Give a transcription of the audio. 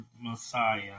Messiah